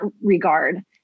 regard